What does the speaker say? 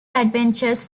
adventures